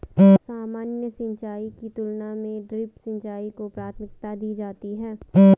सामान्य सिंचाई की तुलना में ड्रिप सिंचाई को प्राथमिकता दी जाती है